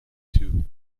too